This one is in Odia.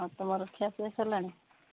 ଆଉ ତୁମର ଖିଆ ପିଆ ସରିଲାଣି